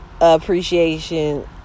appreciation